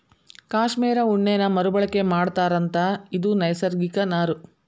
cashmere ಉಣ್ಣೇನ ಮರು ಬಳಕೆ ಮಾಡತಾರಂತ ಇದು ನೈಸರ್ಗಿಕ ನಾರು